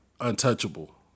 untouchable